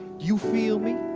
you feel me,